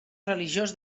religiós